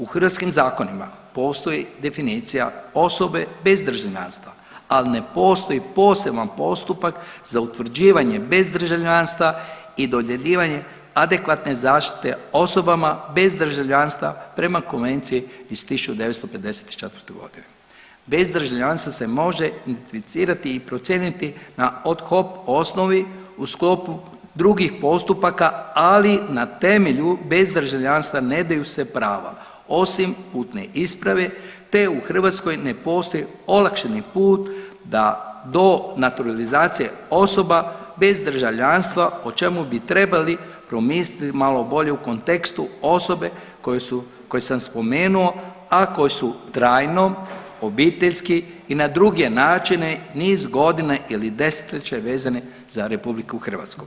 U hrvatskim zakonima postoji definicija osobe bez državljanstva, ali ne postoji poseban postupak za utvrđivanje bez državljanstva i dodjeljivanje adekvatne zaštite osobe bez državljanstva prema Konvenciji iz 1954.g., bez državljanstva se može … i procijeniti na od hop osnovi u sklopu drugih postupaka, ali na temelju bez državljanstva ne daju se prava osim putne isprave te u Hrvatskoj ne postoji olakšani put da do naturalizacije osoba bez državljanstva o čemu bi trebali promisliti malo bolje u kontekstu osobe koje sam spomenuo, a koje su trajno obiteljski i na druge načine niz godina ili desetljeće vezane za RH.